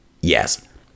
Yes